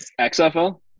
XFL